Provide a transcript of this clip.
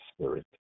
spirit